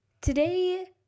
Today